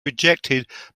rejected